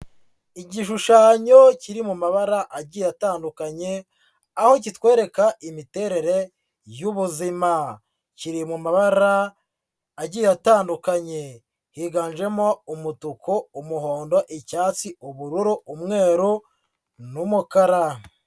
Igishushanyo kiri mu mabara agiye atandukanye aho kitwereka imiterere y'ubuzima, kiri mu mabara agiye atandukanye, higanjemo umutuku, umuhondo, icyatsi, ubururu umweru n'umukara.